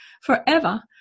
forever